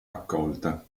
accolta